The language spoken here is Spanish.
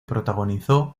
protagonizó